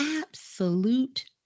absolute